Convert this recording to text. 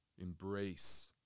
embrace